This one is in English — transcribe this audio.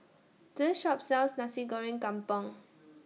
This Shop sells Nasi Goreng Kampung